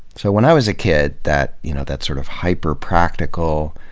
so when i was a kid that you know that sort of hyper-practical,